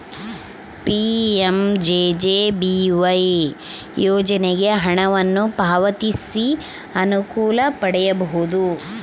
PMJJBY ಯೋಜನೆಗೆ ಹಣವನ್ನು ಪಾವತಿಸಿ ಅನುಕೂಲ ಪಡೆಯಬಹುದು